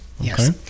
Yes